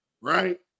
right